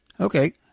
Okay